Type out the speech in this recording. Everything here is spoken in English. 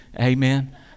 amen